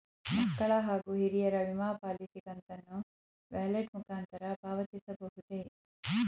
ಮಕ್ಕಳ ಹಾಗೂ ಹಿರಿಯರ ವಿಮಾ ಪಾಲಿಸಿ ಕಂತನ್ನು ವ್ಯಾಲೆಟ್ ಮುಖಾಂತರ ಪಾವತಿಸಬಹುದೇ?